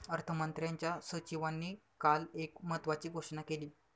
अर्थमंत्र्यांच्या सचिवांनी काल एक महत्त्वाची घोषणा केली